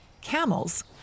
camels